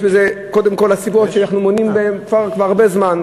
יש לזה קודם כול הסיבות שאנחנו מונים כבר הרבה זמן: